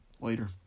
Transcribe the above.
later